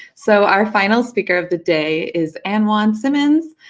so our final speaker of the day is anjuan simmons.